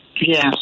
Yes